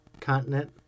continent